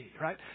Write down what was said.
right